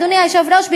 אדוני היושב-ראש,